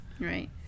Right